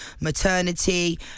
maternity